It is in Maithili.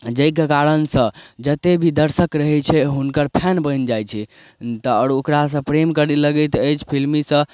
जाहिके कारण सँ जते भी दर्शक रहै छै हुनकर फेर बनि जाइ छै तऽ आओर ओकरा सँ प्रेम करऽ लगैत अछि फिल्मीसँ